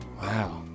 Wow